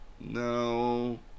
no